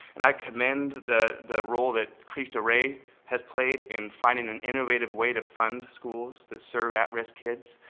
and i commend the the role that christo rey has played in finding an innovative way to fund schools that serve at-risk kids.